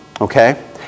okay